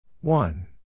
One